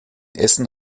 essen